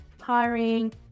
hiring